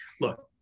look